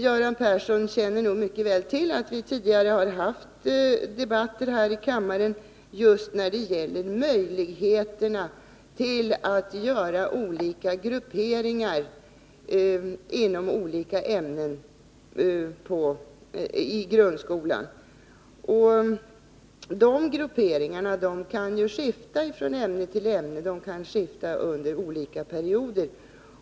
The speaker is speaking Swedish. Göran Persson känner säkert mycket väl till att vi tidigare har haft debatter här i kammaren just om möjligheterna att i grundskolan göra olika grupperingar i olika ämnen. Man kan variera grupperna från ämne till ämne, och man kan variera dem under olika perioder.